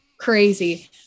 crazy